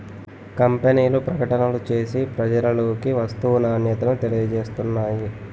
కంపెనీలు ప్రకటనలు చేసి ప్రజలలోకి వస్తువు నాణ్యతను తెలియజేస్తున్నాయి